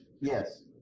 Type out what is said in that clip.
yes